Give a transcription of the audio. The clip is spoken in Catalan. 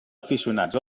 aficionats